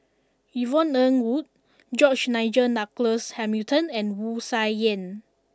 Yvonne Ng Uhde George Nigel Douglas Hamilton and Wu Tsai Yen